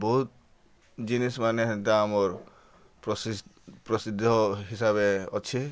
ବହୁତ୍ ଜିନିଷ୍ମାନେ ହେନ୍ତା ଆମର୍ ପ୍ରସିଦ୍ଧ ହିସାବେ ଅଛେ